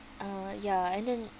uh ya and then